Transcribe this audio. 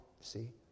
See